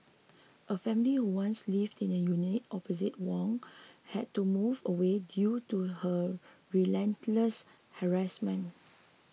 a family who once lived in a unit opposite Wang had to move away due to her relentless harassment